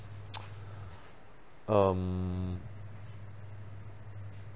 um